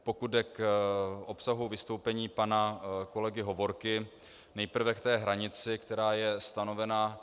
Pokud jde o obsah vystoupení pana kolegy Hovorky, nejprve k té hranici, která je stanovena.